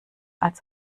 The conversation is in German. als